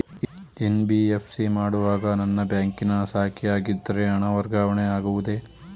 NBFC ಮಾಡುವಾಗ ನನ್ನ ಬ್ಯಾಂಕಿನ ಶಾಖೆಯಾಗಿದ್ದರೆ ಹಣ ವರ್ಗಾವಣೆ ಆಗುವುದೇ?